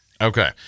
okay